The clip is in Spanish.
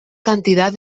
cantidad